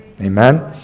Amen